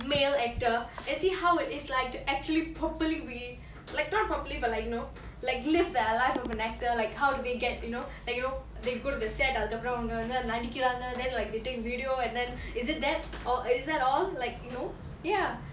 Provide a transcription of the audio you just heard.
male actor and see how it is like to actually properly be like not properly but like you know like live their life of an actor like how do they get you know they you know they go to the set அதுகப்ரோ அவங்க வந்து நடிகுராங்க:athukapro avanga vanthu nadikuranga then like they video and then is it that or is that all like you know ya